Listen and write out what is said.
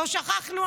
לא שכחנו,